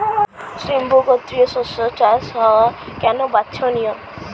সিম্বু গোত্রীয় শস্যের চাষ হওয়া কেন বাঞ্ছনীয়?